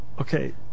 okay